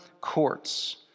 courts